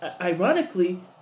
ironically